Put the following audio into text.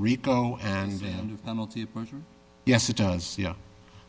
rico and yes it does